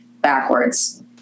backwards